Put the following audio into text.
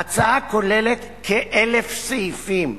ההצעה כוללת כ-1,000 סעיפים,